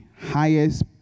highest